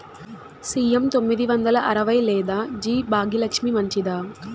CM తొమ్మిది వందల అరవై లేదా జి భాగ్యలక్ష్మి మంచిదా?